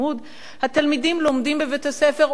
התלמידים לומדים בבית-הספר ומתרגלים